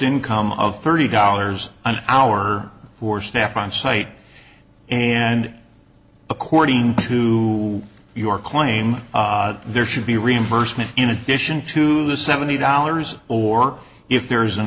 income of thirty dollars an hour for staff on site and according to your claim there should be reimbursement in addition to the seventy dollars or if there's an